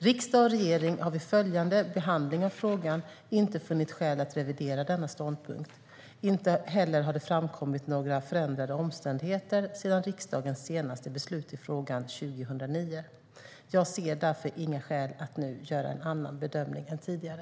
Riksdag och regering har vid följande behandling av frågan inte funnit skäl att revidera denna ståndpunkt. Inte heller har det framkommit några förändrade omständigheter sedan riksdagens senaste beslut i frågan 2009. Jag ser därför inga skäl att nu göra en annan bedömning än tidigare.